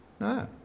No